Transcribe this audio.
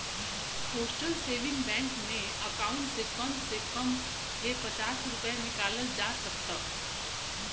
postal saving bank में account से कम से कम हे पचास रूपया निकालल जा सकता